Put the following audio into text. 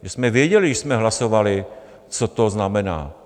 Že jsme věděli, když jsme hlasovali, co to znamená.